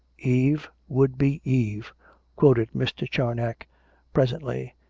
eve would be eve quoted mr. charnoc presently,